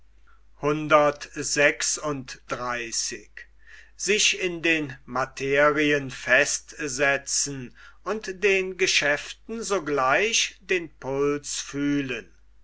und den geschäften sogleich den puls fühlen